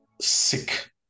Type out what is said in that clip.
sick